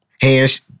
Hands